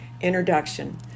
Introduction